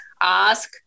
ask